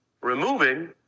removing